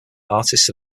artists